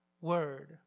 word